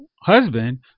husband